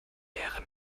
leere